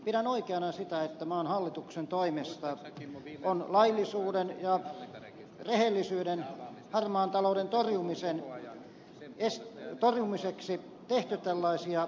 pidän oikeana sitä että maan hallituksen toimesta on laillisuuden ja rehellisyyden puolesta harmaan talouden torjumiseksi tehty tällaisia ratkaisuja